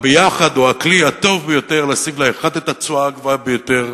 הביחד הוא הכלי הטוב ביותר להשיג לאחד את התשואה הגבוהה ביותר,